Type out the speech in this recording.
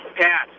Pat